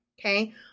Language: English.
Okay